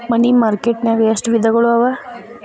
ಮನಿ market ನ್ಯಾಗ್ ಎಷ್ಟವಿಧಗಳು ಅವ?